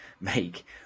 make